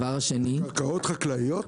קרקעות חקלאיות?